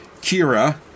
Kira